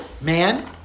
man